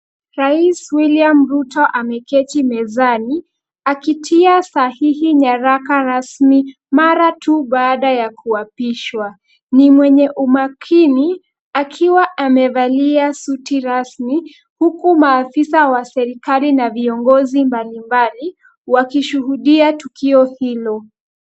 Rais William Ruto ameketi mezani, akitia sahihi nyaraka rasmi mara tu baada ya kuapishwa. Ni mwenye umakini akiwa amevalia suti rasmi huku maafisa wa serikali na viongozi mbalimbali, wakishuhudia tukio hilo.